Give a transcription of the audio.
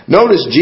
notice